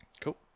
Cool